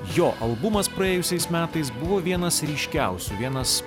jo albumas praėjusiais metais buvo vienas ryškiausių vienas